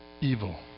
Evil